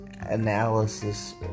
analysis